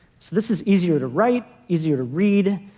so this is easier to write, easier to read,